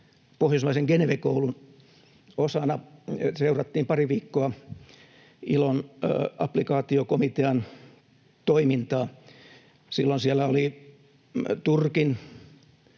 pohjoismaisessa Geneve-koulussa. Osana sitä seurattiin pari viikkoa ILOn applikaatiokomitean toimintaa. Silloin siellä oli